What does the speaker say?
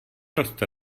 roste